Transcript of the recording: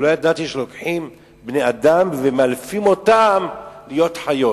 אבל לא ידעתי שלוקחים בני-אדם ומאלפים אותם להיות חיות.